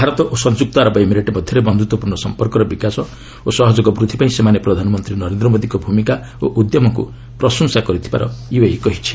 ଭାରତ ଓ ସଂଯୁକ୍ତ ଆରବ ଏମିରେଟ୍ ମଧ୍ୟରେ ବନ୍ଧୁତ୍ୱପୂର୍ଣ୍ଣ ସମ୍ପର୍କର ବିକାଶ ଓ ସହଯୋଗ ବୃଦ୍ଧି ପାଇଁ ସେମାନେ ପ୍ରଧାନମନ୍ତ୍ରୀ ନରେନ୍ଦ୍ର ମୋଦିଙ୍କ ଭୂମିକା ଓ ଉଦ୍ୟମକୁ ପ୍ରଶଂସା କରୁଥିବାର ୟୁଏଇ କହିଛି